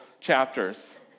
chapters